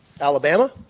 Alabama